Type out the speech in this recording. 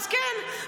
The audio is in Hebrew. אז כן,